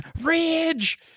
Ridge